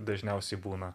dažniausiai būna